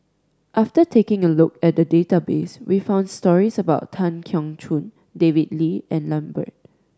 after taking a look at the database we found stories about Tan Keong Choon David Lee and Lambert